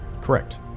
correct